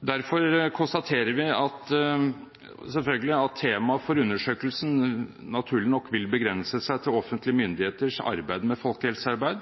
Derfor konstaterer vi at temaet for undersøkelsen naturlig nok vil begrense seg til offentlige myndigheters arbeid med folkehelsearbeid